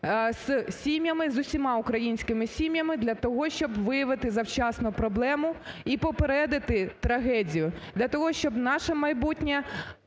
з усіма українськими сім'ями для того, щоб виявити завчасно проблему і попередити трагедію. Для того, щоб наше майбутнє